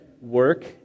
Work